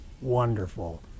wonderful